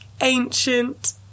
ancient